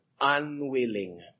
unwilling